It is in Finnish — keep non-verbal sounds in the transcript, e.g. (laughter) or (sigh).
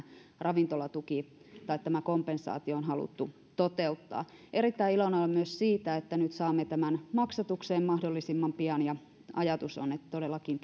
ravintolatuki tämä kompensaatio on on haluttu toteuttaa erittäin iloinen olen myös siitä että nyt saamme tämän maksatukseen mahdollisimman pian ajatus on että todellakin (unintelligible)